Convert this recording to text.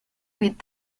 with